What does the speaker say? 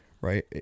right